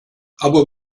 aber